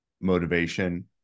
motivation